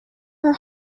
her